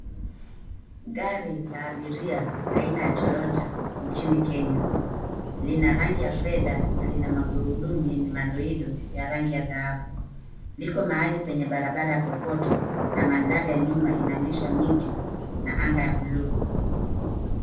Gari la abiria aina ya Toyota nchini Kenya. Lina rangi ya fedha na lina magurudumu yenye madoido ya rangi ya dhahabu. Liko mahali penye barabara ya kokoto na mandhari ya nyuma inaonyesha miti na anga ya bluu.